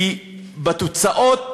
כי בתוצאות